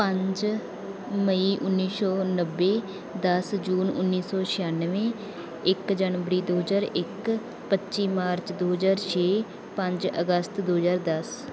ਪੰਜ ਮਈ ਉੱਨੀ ਸੌ ਨੱਬੇ ਦਸ ਜੂਨ ਉੱਨੀ ਸੌ ਛਿਆਨਵੇਂ ਇੱਕ ਜਨਵਰੀ ਦੋ ਹਜ਼ਾਰ ਇੱਕ ਪੱਚੀ ਮਾਰਚ ਦੋ ਹਜ਼ਾਰ ਛੇ ਪੰਜ ਅਗਸਤ ਦੋ ਹਜ਼ਾਰ ਦਸ